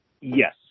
Yes